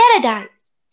paradise